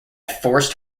forced